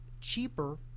cheaper